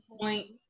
point